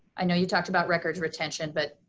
i know you talked about records retention but.